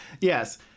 Yes